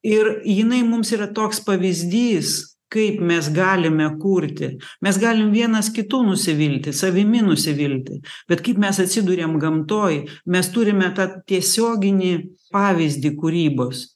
ir jinai mums yra toks pavyzdys kaip mes galime kurti mes galim vienas kitu nusivilti savimi nusivilti bet kaip mes atsiduriam gamtoj mes turime tą tiesioginį pavyzdį kūrybos